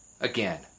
Again